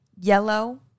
Yellow